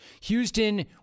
Houston